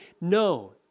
No